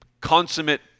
consummate